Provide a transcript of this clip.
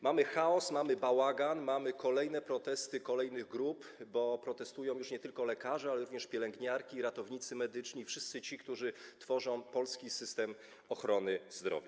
Mamy chaos, mamy bałagan, mamy kolejne protesty kolejnych grup, bo protestują już nie tylko lekarze, ale również pielęgniarki, ratownicy medyczni, wszyscy ci, którzy tworzą polski system ochrony zdrowia.